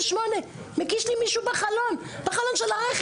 כשמישהו מקיש לי על חלון הרכב,